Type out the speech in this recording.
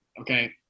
Okay